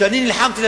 כשאני נלחמתי,